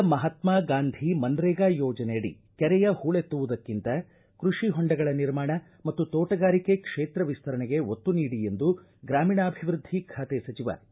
ಕೇಂದ್ರದ ಮಹಾತ್ಮ ಗಾಂಧಿ ಮನ್ರೇಗಾ ಯೋಜನೆಯಡಿ ಕೆರೆಯ ಹೂಳೆತ್ತುವುದಕ್ಕಿಂತ ಕೃಷಿ ಹೊಂಡಗಳ ನಿರ್ಮಾಣ ಮತ್ತು ತೋಟಗಾರಿಕೆ ಕ್ಷೇತ್ರ ವಿಸ್ತರಣೆಗೆ ಒತ್ತು ನೀಡಿ ಎಂದು ಗ್ರಾಮೀಣಾಭಿವೃದ್ಧಿ ಖಾತೆ ಸಚಿವ ಕೆ